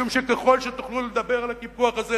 משום שככל שתוכלו לדבר על הקיפוח הזה,